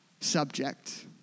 subject